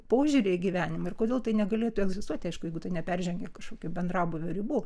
požiūrį į gyvenimą ir kodėl tai negalėtų egzistuoti aišku jeigu tai neperžengia kažkokių bendrabūvio ribų